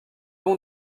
bon